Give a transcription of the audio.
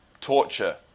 Torture